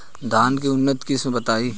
धान के उन्नत किस्म बताई?